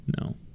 No